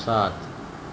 સાત